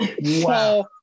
Wow